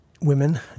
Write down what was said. women